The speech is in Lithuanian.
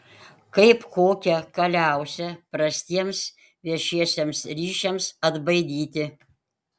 kaip kokią kaliausę prastiems viešiesiems ryšiams atbaidyti